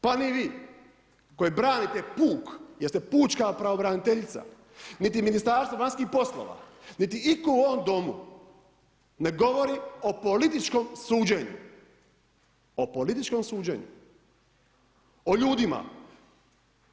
Pa ni vi koji branite puk jer ste pučka pravobraniteljica, niti Ministarstvo vanjskih poslova, niti itko u ovom Domu ne govori o političkom suđenju, o političkom suđenju, o ljudima.